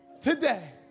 Today